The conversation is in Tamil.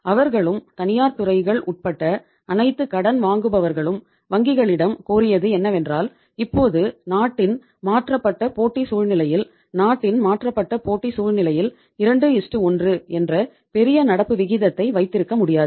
அவர்களும் தனியார் துறைகள் உட்பட அனைத்து கடன் வாங்குபவர்களும் வங்கிகளிடம் கோரியது என்னவென்றால் இப்போது நாட்டின் மாற்றப்பட்ட போட்டி சூழ்நிலையில் நாட்டின் மாற்றப்பட்ட போட்டி சூழ்நிலையில் 21 என்ற பெரிய நடப்பு விகிதத்தை வைத்திருக்க முடியாது